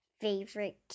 favorite